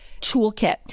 toolkit